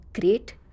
great